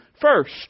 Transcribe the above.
first